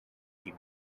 the